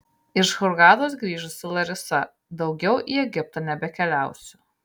iš hurgados grįžusi larisa daugiau į egiptą nebekeliausiu